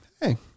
hey